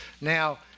Now